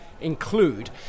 include